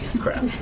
crap